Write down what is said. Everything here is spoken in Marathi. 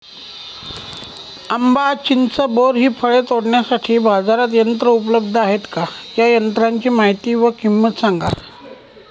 आंबा, चिंच, बोर हि फळे तोडण्यासाठी बाजारात यंत्र उपलब्ध आहेत का? या यंत्रांची माहिती व किंमत सांगा?